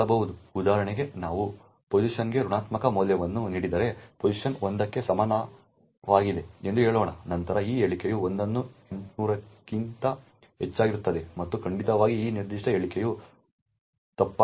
ಉದಾಹರಣೆಗೆ ನಾವು pos ಗೆ ಋಣಾತ್ಮಕ ಮೌಲ್ಯವನ್ನು ನೀಡಿದರೆ pos 1 ಗೆ ಸಮಾನವಾಗಿದೆ ಎಂದು ಹೇಳೋಣ ನಂತರ ಈ ಹೇಳಿಕೆಯು 1 ಅನ್ನು 800 ಕ್ಕಿಂತ ಹೆಚ್ಚಾಗಿರುತ್ತದೆ ಮತ್ತು ಖಂಡಿತವಾಗಿ ಈ ನಿರ್ದಿಷ್ಟ ಹೇಳಿಕೆಯು ತಪ್ಪಾಗಿರುತ್ತದೆ